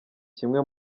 kimwe